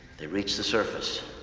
they reach the surface,